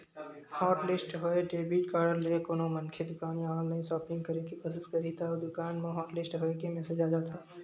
hotlist होए debit card ले कोनो मनखे दुकान या ऑनलाईन सॉपिंग करे के कोसिस करही त ओ दुकान म हॉटलिस्ट होए के मेसेज आ जाथे